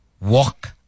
Walk